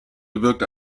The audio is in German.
bewirkt